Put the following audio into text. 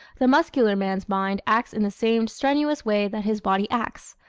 the muscular man's mind acts in the same strenuous way that his body acts,